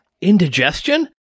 indigestion